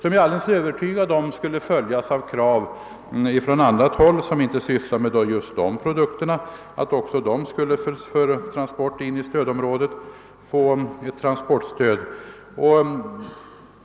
Och då är jag övertygad om att man från andra håll, där man inte sysslar med just de produkterna, skulle framställa krav om att också få transportstöd till stödområdet.